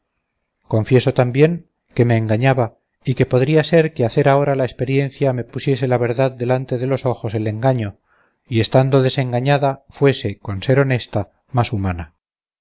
confieso también que me engañaba y que podría ser que hacer ahora la experiencia me pusiese la verdad delante de los ojos el desengaño y estando desengañada fuese con ser honesta más humana